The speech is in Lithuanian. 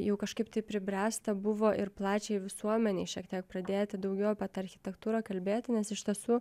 jau kažkaip tai pribręsta buvo ir plačiai visuomenei šiek tiek pradėti daugiau apie tą architektūrą kalbėti nes iš tiesų